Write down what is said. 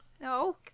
No